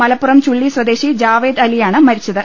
മലപ്പുറം ചുള്ളി സ്വദേശി ജാവേദ് അലിയാണ് മരിച്ചത്